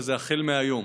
וזה החל מהיום: